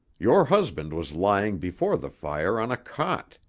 your husband was lying before the fire on a cot.